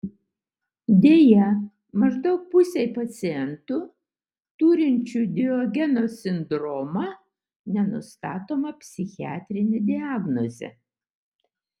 deja maždaug pusei pacientų turinčių diogeno sindromą nenustatoma psichiatrinė diagnozė